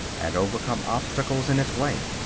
and overcome obstacles in its way.